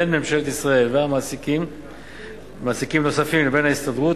בין ממשלת ישראל ומעסיקים נוספים לבין ההסתדרות,